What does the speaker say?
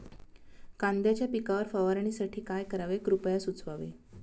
कांद्यांच्या पिकावर फवारणीसाठी काय करावे कृपया सुचवावे